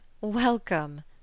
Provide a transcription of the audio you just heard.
Welcome